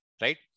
right